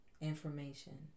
information